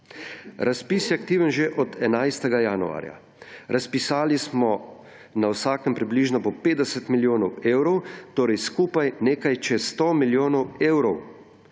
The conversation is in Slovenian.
Razpis je aktiven že od 11. januarja. Razpisali smo na vsakem približno po 50 milijonov evrov, torej skupaj nekaj čez 100 milijonov evrov.